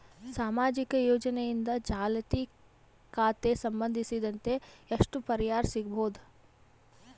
ಸಾಮಾಜಿಕ ಯೋಜನೆಯಿಂದ ಚಾಲತಿ ಖಾತಾ ಸಂಬಂಧಿಸಿದಂತೆ ಎಷ್ಟು ಪರಿಹಾರ ಸಿಗಬಹುದು?